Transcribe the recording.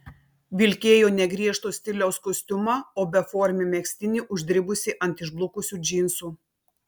vilkėjo ne griežto stiliaus kostiumą o beformį megztinį uždribusį ant išblukusių džinsų